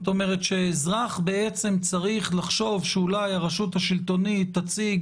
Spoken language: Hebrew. זאת אומרת שבעצם אזרח צריך לחשוב שאולי הרשות השלטונית תציג